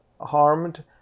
harmed